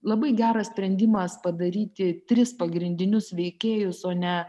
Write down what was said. labai geras sprendimas padaryti tris pagrindinius veikėjus o ne